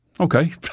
Okay